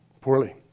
Poorly